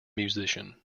musician